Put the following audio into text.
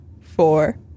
four